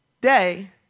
day